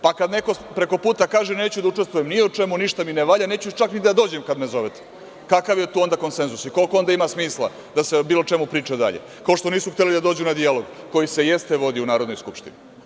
Pa, kada neko preko puta kaže - neću da učestvujem ni u čemu, ništa mi ne valja, neću čak ni da dođem kada me zovete, kakav je to onda konsenzus i koliko onda ima smisla da se bilo o čemu priča dalje, kao što nisu hteli da dođu na dijalog koji se jeste vodio u Narodnoj skupštini?